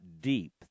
deep